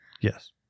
Yes